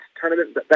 tournament